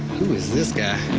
who is this guy?